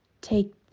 take